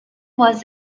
was